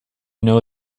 know